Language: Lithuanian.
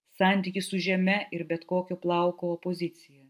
santykis su žeme ir bet kokio plauko opozicija